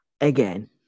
again